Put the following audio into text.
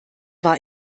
war